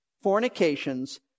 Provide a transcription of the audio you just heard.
fornications